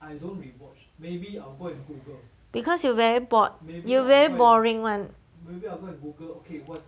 because you very bored you very boring [one]